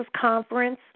conference